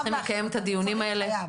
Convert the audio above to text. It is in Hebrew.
אנחנו צריכים לקיים את הדיונים האלה,